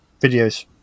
videos